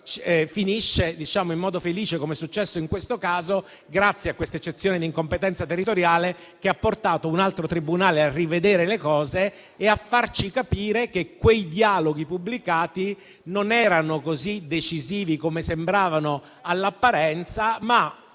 finisce in modo positivo, come appunto è successo in questo caso, grazie a queste eccezioni di incompetenza territoriale, che hanno portato un altro tribunale a rivedere la situazione e a far capire che quei dialoghi pubblicati non erano così decisivi come sembravano all'apparenza, ma